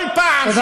כל פעם שגיא פלג,